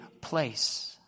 place